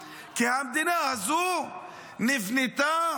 כי המדינה הזו נבנתה,